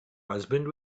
husband